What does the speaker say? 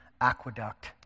aqueduct